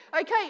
Okay